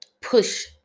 push